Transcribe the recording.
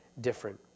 different